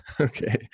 Okay